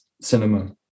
cinema